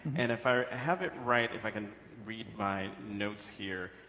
and if i have it right, if i can read my notes here,